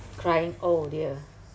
crying oh dear